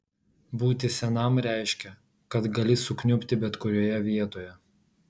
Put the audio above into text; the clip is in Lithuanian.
būti senam reiškė kad gali sukniubti bet kurioje vietoje